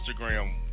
Instagram